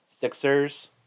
Sixers